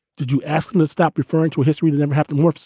did you ask him to stop referring to his reading, never have to work?